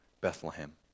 Bethlehem